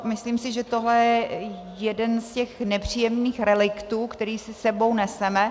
Myslím si, že tohle je jeden z těch nepříjemných reliktů, který si s sebou neseme.